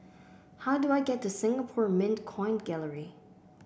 how do I get to Singapore Mint Coin Gallery